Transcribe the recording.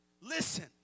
listen